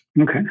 Okay